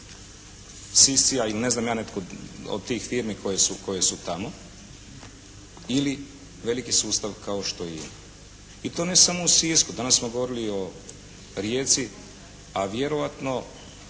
Siscia ili ne znam ja netko od tih firmi koje su tamo ili veliki sustav kao što je i to ne samo u Sisku. Danas smo govorili o Rijeci, a vjerojatno